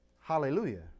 Hallelujah